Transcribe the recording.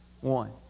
One